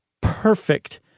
perfect